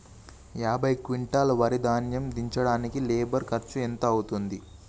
యాభై క్వింటాల్ వరి ధాన్యము దించడానికి లేబర్ ఖర్చు ఎంత అయితది?